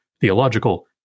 theological